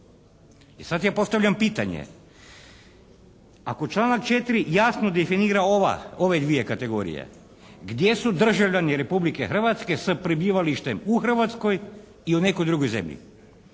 I sad ja postavljam pitanje. Ako članak 4. jasno definira ove dvije kategorije, gdje su državljani Republike Hrvatske sa prebivalištem u Hrvatskoj ili nekoj drugoj zemlji?